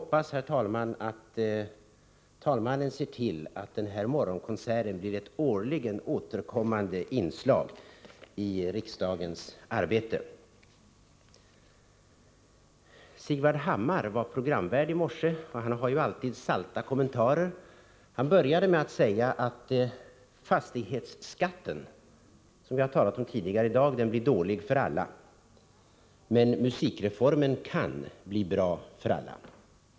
Jag hoppas att herr talmannen ser till att en morgonkonsert blir ett årligt återkommande inslag i riksdagens arbete. Sigvard Hammar var programvärd i morse. Han har ju alltid salta kommentarer. Han började med att säga att fastighetsskatten, som vi talat om tidigare om här i dag, blir dålig för alla, men musikreformen, kan bli bra för alla.